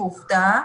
ועובדה,